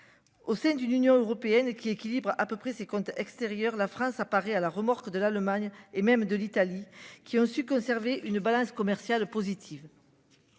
Au sein d'une Union européenne qui équilibre à peu près ses comptes extérieurs, la France, à Paris, à la remorque de l'Allemagne et même de l'Italie qui ont su conserver une balance commerciale positive.